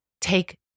take